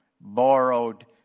Borrowed